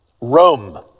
rome